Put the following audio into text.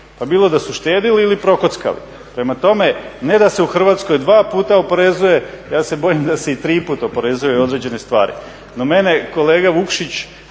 pa bilo da su štedjeli ili prokockali. Prema tome, ne da se u Hrvatskoj dva puta oporezuje, ja se bojim da se i tri puta oporezuje određene stvari.